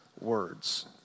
words